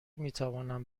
میتوانم